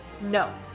no